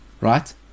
Right